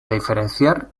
diferenciar